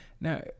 now